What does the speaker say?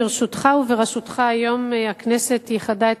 ברשותך ובראשותך היום הכנסת ייחדה את